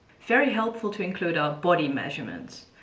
very helpful to include, are body measurements.